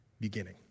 beginning